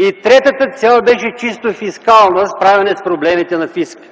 а третата цел беше чисто фискална – справяне с проблемите на фиска.